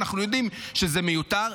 אנחנו יודעים שזה מיותר.